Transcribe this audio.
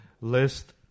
list